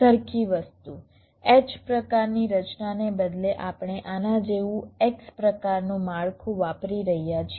સરખી વસ્તુ H પ્રકારની રચનાને બદલે આપણે આના જેવું X પ્રકારનું માળખું વાપરી રહ્યા છીએ